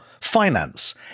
finance